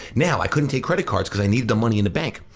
now, i couldn't take credit cards cause i needed the money in the bank.